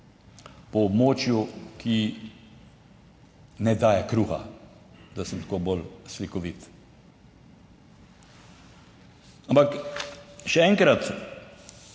po območju, ki ne daje kruha, da sem tako bolj slikovit. Ampak, še enkrat,